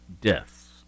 deaths